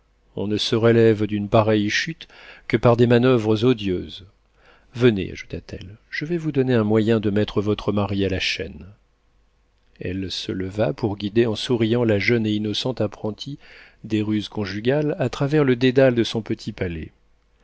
on ne se relève d'une pareille chute que par des manoeuvres odieuses venez ajouta-t-elle je vais vous donner un moyen de mettre votre mari à la chaîne elle se leva pour guider en souriant la jeune et innocente apprentie des ruses conjugales à travers le dédale de son petit palais